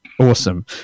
awesome